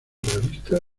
realista